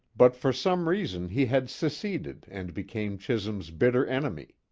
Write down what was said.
but for some reason he had seceded and became chisum's bitter enemy.